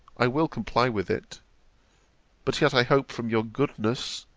i will comply with it but yet i hope from your goodness